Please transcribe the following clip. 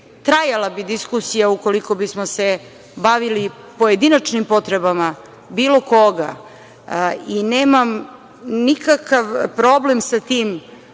Trajala bi diskusija ukoliko bismo se bavili pojedinačnim potrebama bilo koga i nemam nikakav problem sa tim